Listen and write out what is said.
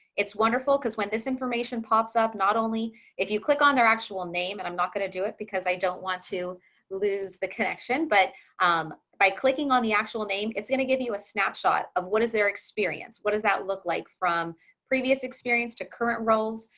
it's wonderful. because when this information pops up not only if you click on their actual name, and i'm not going to do it because i don't want to lose the connection but lauren opgenorth um by clicking on the actual name, it's going to give you a snapshot of what is their experience. what does that look like from previous experience to current roles.